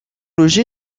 logé